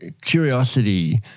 curiosity